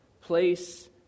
place